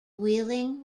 wheeling